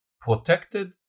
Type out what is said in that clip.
protected